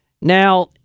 Now